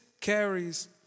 carries